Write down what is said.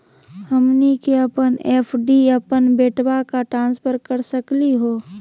हमनी के अपन एफ.डी अपन बेटवा क ट्रांसफर कर सकली हो?